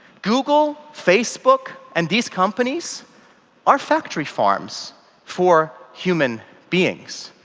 google, facebook and these companies are factory farms for human beings.